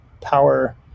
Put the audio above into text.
power